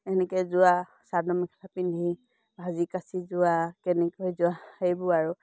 এনেকে যোৱা চাদৰ মেখেলা পিন্ধি সাজি কাচি যোৱা কেনেকৈ যোৱা সেইবোৰ আৰু